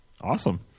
Awesome